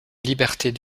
libertés